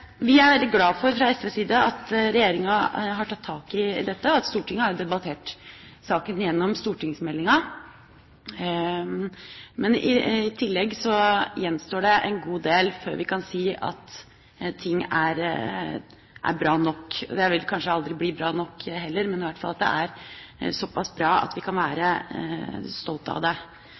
Vi er fra SVs side veldig glad for at regjeringa har tatt tak i dette. Stortinget har jo debattert saken i forbindelse med stortingsmeldinga, men i tillegg gjenstår det en god del før vi kan si at ting er bra nok. Det vil kanskje aldri bli bra nok, heller, men i hvert fall såpass bra at vi kan være stolte av det. Ivaretakelsen av veteranene dreier seg om anerkjennelse, trygghet og anstendighet for de menneskene det